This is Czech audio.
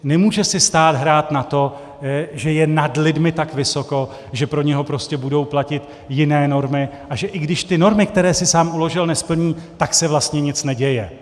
Nemůže si stát hrát na to, že je nad lidmi tak vysoko, že pro něj prostě budou platit jiné normy, a že i když ty normy, které si sám uložil, nesplní, tak se vlastně nic neděje.